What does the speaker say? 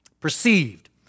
perceived